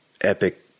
epic